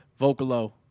Vocalo